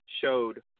showed